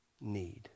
need